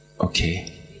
okay